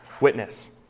witness